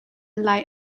lai